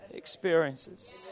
experiences